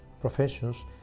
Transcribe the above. professions